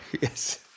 Yes